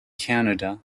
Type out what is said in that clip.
canada